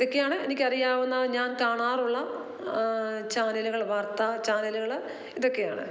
ഇതൊക്കെയാണ് എനിക്കറിയാവുന്ന ഞാൻ കാണാറുള്ള ചാനലുകൾ വാർത്താ ചാനലുകൾ ഇതൊക്കെയാണ്